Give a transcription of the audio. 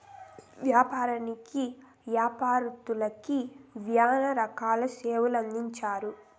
వ్యవసాయంకి యాపారత్తులకి శ్యానా రకాల సేవలు అందుతాయి